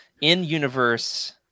in-universe